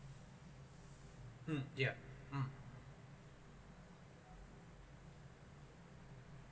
mm yeah mm